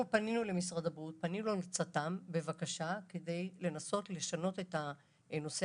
אנחנו פנינו למשרד הבריאות ולצט"מ בבקשה כדי לנסות לשנות את הנושא